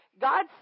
God